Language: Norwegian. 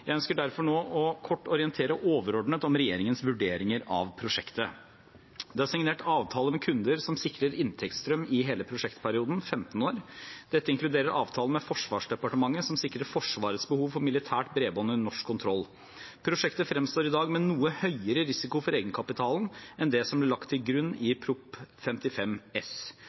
Jeg ønsker derfor nå å kort orientere overordnet om regjeringens vurderinger av prosjektet. Det er signert avtaler med kunder som sikrer inntektsstrøm i hele prosjektperioden, som er på 15 år. Dette inkluderer avtale med Forsvarsdepartementet, som sikrer Forsvarets behov for militært bredbånd under norsk kontroll. Prosjektet fremstår i dag med en noe høyere risiko for egenkapitalen enn det som ble lagt til grunn i Prop. 55 S